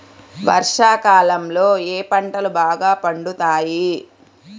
వర్షాకాలంలో ఏ పంటలు బాగా పండుతాయి?